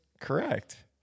Correct